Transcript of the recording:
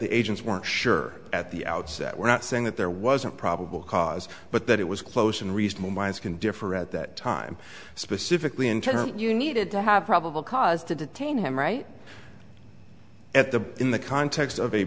the agents weren't sure at the outset we're not saying that there wasn't probable cause but that it was close and reasonable minds can differ at that time specifically in terms of you needed to have probable cause to detain him right at the in the context of